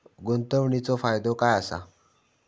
गुंतवणीचो फायदो काय असा?